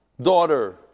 daughter